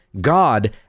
God